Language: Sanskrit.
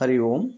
हरिः ओम्